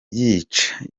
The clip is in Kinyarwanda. yica